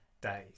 days